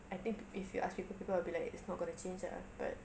I think if you ask people people will be like it's not going to change ah but